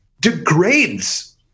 degrades